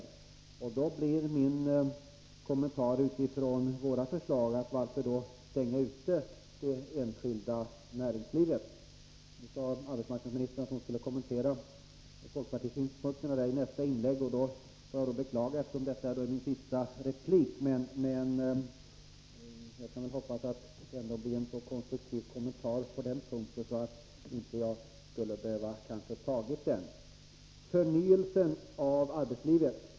Jag undrar då, med utgångspunkt i våra förslag, varför man stänger ute det enskilda näringslivet. Nu sade arbetsmarknadsministern att hon skulle kommentera folkpartisynpunkterna i nästa inlägg. Jag beklagar det, eftersom detta är min sista replik. Jag får hoppas att hon på denna punkt ger en så konstruktiv kommentar att jag inte skulle ha behövt utnyttja en ytterligare replik. Anna-Greta Leijon talade om förnyelsen av arbetslivet.